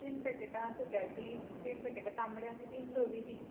तीन पॅकेटां सुक्याचीं तीन पॅकेटां तांबडे आनी तीन धवीं दी